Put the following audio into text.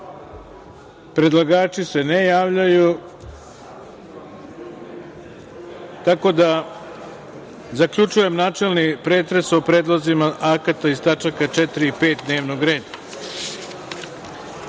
Predlagači se ne javljaju, tako da zaključujem načelni pretres o predlozima akata iz tačaka 4. i 5. dnevnog reda. Pošto